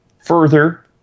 further